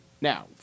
Now